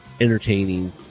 entertaining